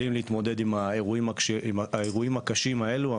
כלים להתמודד עם האירועים הקשים האלו.